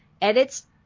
edits